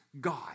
God